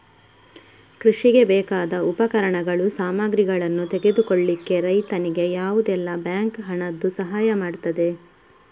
ಕೃಷಿಗೆ ಬೇಕಾದ ಉಪಕರಣಗಳು, ಸಾಮಗ್ರಿಗಳನ್ನು ತೆಗೆದುಕೊಳ್ಳಿಕ್ಕೆ ರೈತನಿಗೆ ಯಾವುದೆಲ್ಲ ಬ್ಯಾಂಕ್ ಹಣದ್ದು ಸಹಾಯ ಮಾಡ್ತದೆ?